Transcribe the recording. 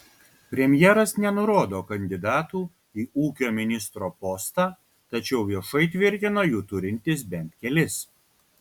premjeras nenurodo kandidatų į ūkio ministro postą tačiau viešai tvirtino jų turintis bent kelis